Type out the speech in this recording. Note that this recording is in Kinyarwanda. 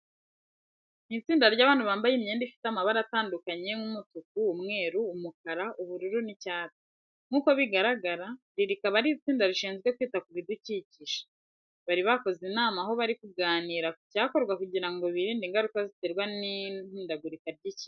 Ni itsinda ry'abantu bambaye imyenda ifite amabara atandukanye nk'umutuku, umweru, umukara, ubururu n'icyatsi. Nkuko bigaragara iri rikaba ari itsinda rishizwe kwita ku bidukikije. Bari bakoze inama aho bari kuganira ku cyakorwa kugira ngo birindi ingaruka ziterwa n'ihindagurika ry'ikirere.